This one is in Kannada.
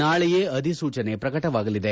ನಾಳೆಯೇ ಅಧಿಸೂಚನೆ ಪ್ರಕಟವಾಗಲಿದೆ